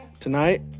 Tonight